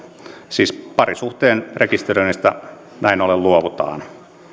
siis parisuhteen rekisteröinnistä näin ollen luovutaan